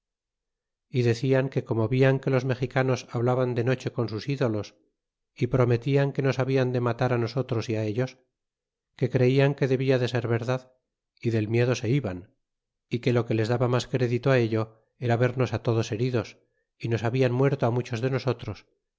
y decian que como vian que los mexicanos hablaban de noche con sus ídolos é prometian que nos hablan de matar nosotros y ellos que creian que debla de ser verdad y del miedo se iban y que lo que les daba mas crédito ello era vernos todos heridos y nos habian muerto muchos de nosotros